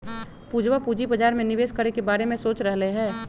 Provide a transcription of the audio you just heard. पूजवा पूंजी बाजार में निवेश करे के बारे में सोच रहले है